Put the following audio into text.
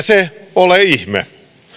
se ole ihme